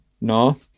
no